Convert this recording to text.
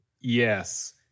Yes